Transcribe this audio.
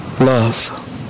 love